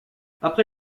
après